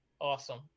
awesome